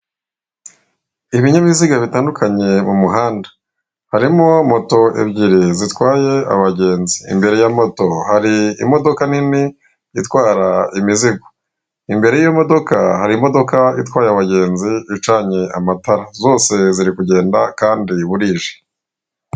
Ibinyabiziga bitandukanye mu muhanda, harimo moto ebyiri zitwaye abagenzi imbere ya moto hari imodoka nini itwara imizigo, imbere yiyo modoka hari imodoka itwaye abagenzi icanye amatara zose ziri kugenda kandi burije.